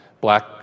black